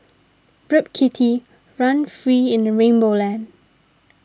rip kitty run free in rainbow land